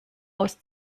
aus